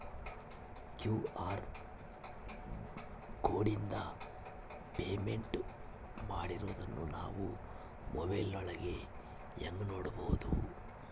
QR ಕೋಡಿಂದ payment ಮಾಡಿರೋದನ್ನ ನಾವು ಮೊಬೈಲಿನೊಳಗ ಹೆಂಗ ನೋಡಬಹುದು?